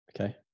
Okay